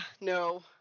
No